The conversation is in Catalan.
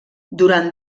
durant